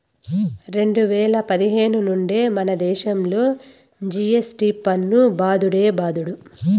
రెండు వేల పదిహేను నుండే మనదేశంలో జి.ఎస్.టి పన్ను బాదుడే బాదుడు